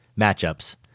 matchups